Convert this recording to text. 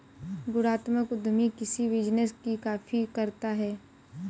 गुणात्मक उद्यमी किसी बिजनेस की कॉपी करता है